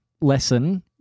lesson